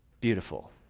beautiful